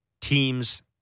teams